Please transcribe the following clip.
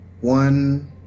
one